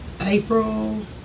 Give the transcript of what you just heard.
April